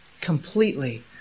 completely